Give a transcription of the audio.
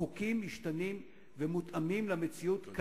חוקים משתנים ומותאמים למציאות.